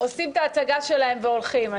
עושים את ההצגה שלהם והולכים.